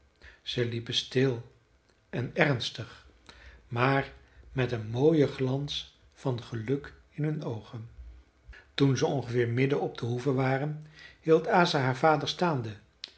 ze liepen stil en ernstig maar met een mooien glans van geluk in hun oogen toen ze ongeveer midden op de hoeve waren hield asa haar vader staande